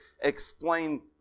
explain